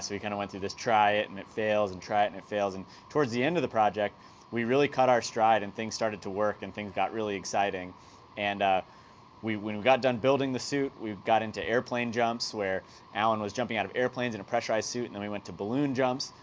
so we kind of went through this try it and it fails and try it and it fails and towards the end of the project we really caught our stride and things started to work and things got really exciting and ah when we got done building the suit, we got into airplane jumps where alan was jumping out of airplanes in a pressurized suit and then we went to balloon jumps.